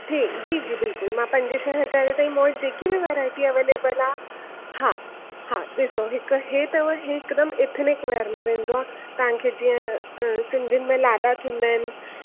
ठीकु जी जी बिल्कुलु मां पंज छह हज़ार ताईं मूं वटि जेकी बि वैरायटी अवेलेबल आहे हा हा ॾिसो हिकु हे अथव हे हिकदमि इथनिक वेअर में वेंदो आहे तव्हांखे जीअं सिंधियुनि में लाॾा थींदा आहिनि